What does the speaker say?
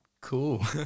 Cool